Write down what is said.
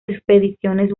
expediciones